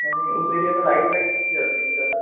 यानि उस एरीया में लाइट वाइट तो नहीं जाती ना ज़्यादा